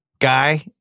Guy